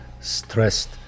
stressed